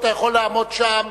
אתה יכול לעמוד שם,